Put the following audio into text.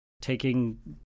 taking